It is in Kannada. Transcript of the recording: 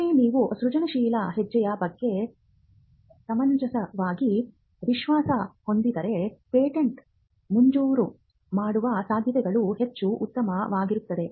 ಒಮ್ಮೆ ನೀವು ಸೃಜನಶೀಲ ಹೆಜ್ಜೆಯ ಬಗ್ಗೆ ಸಮಂಜಸವಾಗಿ ವಿಶ್ವಾಸ ಹೊಂದಿದ್ದರೆ ಪೇಟೆಂಟ್ ಮಂಜೂರು ಮಾಡುವ ಸಾಧ್ಯತೆಗಳು ಹೆಚ್ಚು ಉತ್ತಮವಾಗಿರುತ್ತದೆ